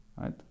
right